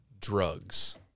drugs